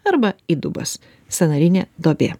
arba įdubas sąnarinė duobė